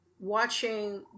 watching